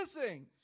missing